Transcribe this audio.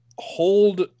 hold